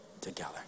together